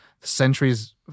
centuries